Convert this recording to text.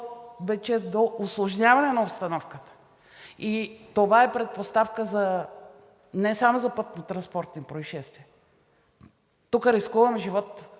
повече до усложняване на обстановката и това е предпоставка не само за пътнотранспортни произшествия, тук рискуваме живот,